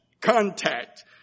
contact